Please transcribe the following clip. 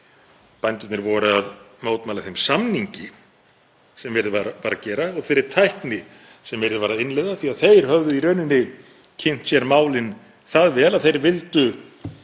Bændurnir voru að mótmæla þeim samningi sem verið var að gera og þeirri tækni sem verið var að innleiða af því að þeir höfðu kynnt sér málin það vel að þeir vildu